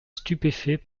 stupéfait